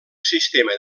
sistema